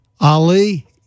Ali